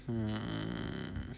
mm